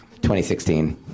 2016